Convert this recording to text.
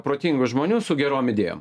protingų žmonių su gerom idėjom